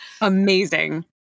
Amazing